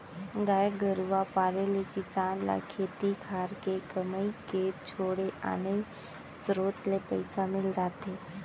गाय गरूवा पाले ले किसान ल खेती खार के कमई के छोड़े आने सरोत ले पइसा मिल जाथे